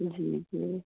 जी जी